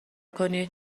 کنید